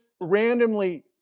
randomly